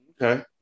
Okay